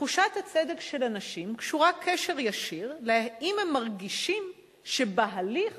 תחושת הצדק של אנשים קשורה קשר ישיר לאם הם מרגישים שבהליך